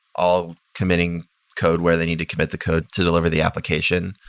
all committing code where they need to commit the code to deliver the application.